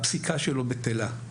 הפסיקה שלו בטלה.